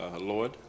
Lord